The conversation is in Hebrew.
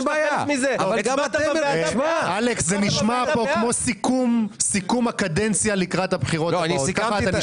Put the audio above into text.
אבל גם פה בדיון על הטבות המס אתם הייתם חלק.